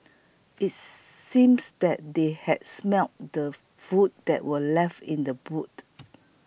it seems that they had smelt the food that were left in the boot